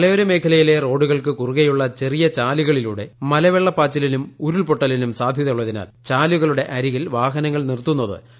മലയോര മേഖലയിലെ റോഡുകൾക്ക് കുറുകെയുള്ള ചെറിയ ചാലുകളിലൂടെ മലവെള്ളപ്പാച്ചിലിനും ഉരുൾപൊട്ടലിനും സാധ്യതയുള്ളതിനാൽ ചാലുകളുടെ അരികിൽ വാഹനങ്ങൾ നിർത്തുന്നത് അനുവദിക്കാൻ പാടില്ല